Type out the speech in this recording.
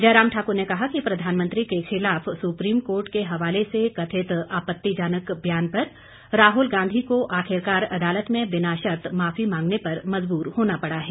जयराम ठाक्र ने कहा कि प्रधानमंत्री के खिलाफ सुप्रीम कोर्ट के हवाले से कथित आपत्तिजनक बयान पर राहुल गांधी को आखिरकार अदालत में बिना शर्त माफी मांगने पर मजबूर होना पड़ा है